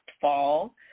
fall